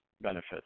benefits